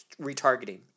retargeting